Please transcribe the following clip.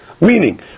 Meaning